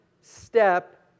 step